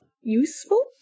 useful